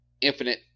infinite